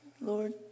Lord